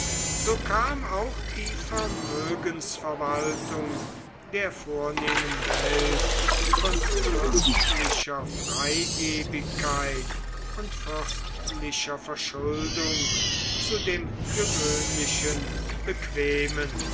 so kam auch die vermögensverwaltung der vornehmen welt von fürstlicher freigebigkeit und fürstlicher verschuldung zu dem gewöhnlichen bequemen